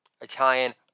Italian